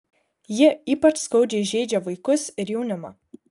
ji ypač skaudžiai žeidžia vaikus ir jaunimą